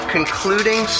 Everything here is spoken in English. Concluding